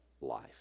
life